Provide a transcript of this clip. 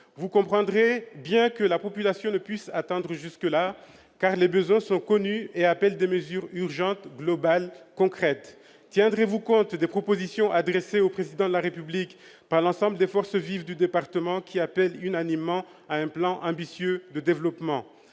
Vous comprendrez bien que la population ne puisse pas attendre jusque-là, car les besoins sont connus et appellent des mesures urgentes, globales et concrètes. Tiendrez-vous compte des propositions adressées au Président de la République par l'ensemble des forces vives du département, qui appellent unanimement à un plan de développement